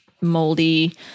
moldy